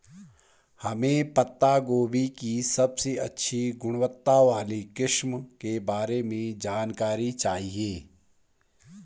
हमें पत्ता गोभी की सबसे अच्छी गुणवत्ता वाली किस्म के बारे में जानकारी चाहिए?